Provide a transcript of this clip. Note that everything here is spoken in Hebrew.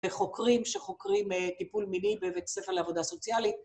וחוקרים שחוקרים טיפול מיני בבית ספר לעבודה סוציאלית.